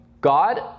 God